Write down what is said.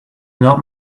not